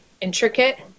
intricate